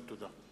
תודה.